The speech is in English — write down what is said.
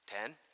Ten